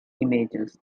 images